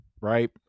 right